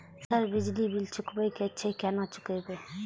Sir बिजली bill चुकाबे की छे केना चुकेबे?